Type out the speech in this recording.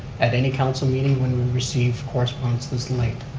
at any council meeting when we receive correspondence this late.